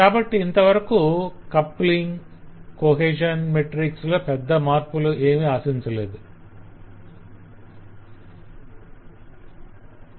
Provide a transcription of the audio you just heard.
కాబట్టి ఇంతవరకు coupling cohesion metrics లో పెద్ద మార్పులను ఏమీ ఆశించలేము